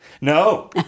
No